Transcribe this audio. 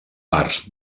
arts